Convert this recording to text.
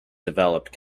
developed